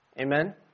amen